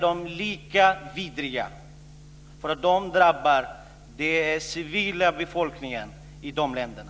De drabbar den civila befolkningen i de länderna.